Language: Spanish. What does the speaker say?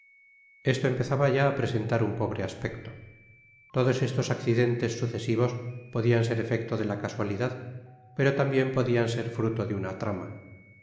esto empezaba ya á presentar un pobre aspecto todos estos accidentes sucesivos podian ser efecto dela casualidad pero tambien podian ser fruto de una trama